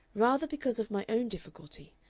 rather because of my own difficulty.